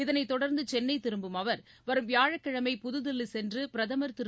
இதனைத் தொடர்ந்து சென்னை திரும்பும் அவர் வரும் வியாழக்கிழமை புதுதில்லி சென்று பிரதமர் திரு